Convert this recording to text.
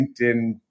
LinkedIn